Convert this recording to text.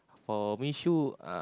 for me show